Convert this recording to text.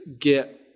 get